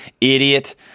idiot